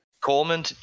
Coleman